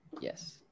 Yes